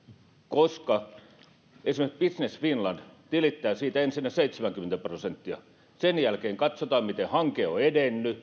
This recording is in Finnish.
koska esimerkiksi business finland tilittää siitä ensinnä seitsemänkymmentä prosenttia sen jälkeen katsotaan miten hanke on edennyt